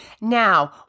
Now